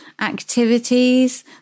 activities